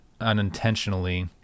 unintentionally